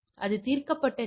எனவே CHI INVERSE கட்டளை 3